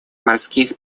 морских